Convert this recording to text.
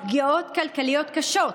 פגיעות כלכליות קשות,